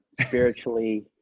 spiritually